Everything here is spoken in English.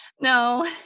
No